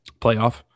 playoff